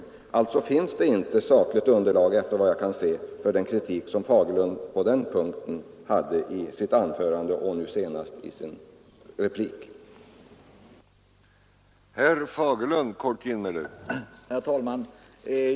Efter vad jag kan se finns det alltså inte något sakligt underlag för kritiken i herr Fagerlunds anförande och nu senast i hans replik.